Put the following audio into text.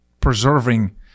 preserving